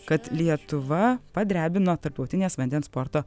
kad lietuva padrebino tarptautinės vandens sporto